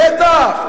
בטח.